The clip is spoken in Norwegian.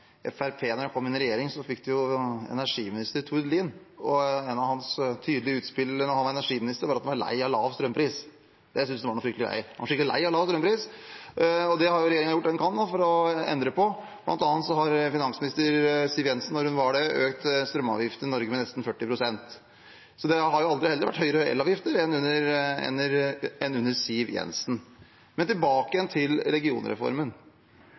energiminister, var at han var lei av lav strømpris. Det syntes han var fryktelige greier. Han var skikkelig lei av lav strømpris, og det har regjeringen gjort det den kan for å endre på. Blant annet økte tidligere finansminister Siv Jensen strømavgiftene i Norge med nesten 40 pst. Det har heller aldri vært høyere elavgifter enn det var under Siv Jensen. Tilbake til regionreformen: